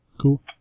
Cool